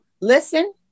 listen